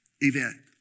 event